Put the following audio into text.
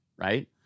right